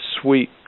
sweet